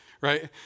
Right